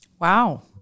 Wow